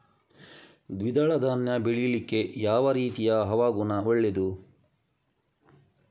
ದ್ವಿದಳ ಧಾನ್ಯ ಬೆಳೀಲಿಕ್ಕೆ ಯಾವ ರೀತಿಯ ಹವಾಗುಣ ಒಳ್ಳೆದು?